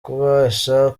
kubasha